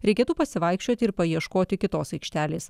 reikėtų pasivaikščioti ir paieškoti kitos aikštelės